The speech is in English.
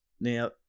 Now